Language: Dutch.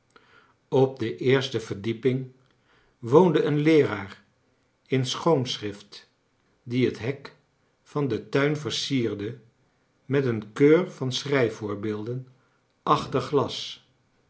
op de eerste verdieping woonde een leeraar in schoonschrift die het hek van den tuin versierde met een keur van schrijfvoorbeelden achter glas